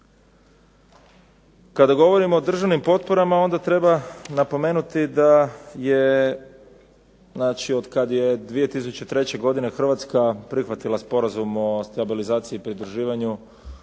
Kada govorimo o državnim potporama onda treba napomenuti da je od kad je 2003. godine Hrvatska prihvatila Sporazum o stabilizaciji i pridruživanju